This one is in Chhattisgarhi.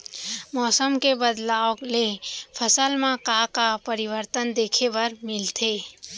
मौसम के बदलाव ले फसल मा का का परिवर्तन देखे बर मिलथे?